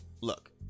Look